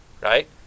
right